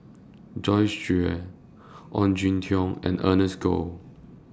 Joyce Jue Ong Jin Teong and Ernest Goh